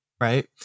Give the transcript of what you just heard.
Right